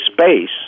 space